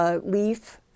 leaf